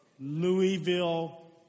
Louisville